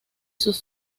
sus